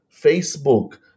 Facebook